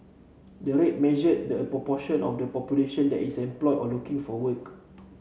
the rate measure the proportion of the population that is employed or looking for work